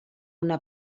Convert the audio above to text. una